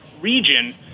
region